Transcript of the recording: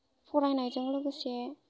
फरायनायजों लोगोसे